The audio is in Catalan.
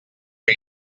que